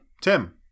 Tim